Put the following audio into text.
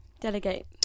Delegate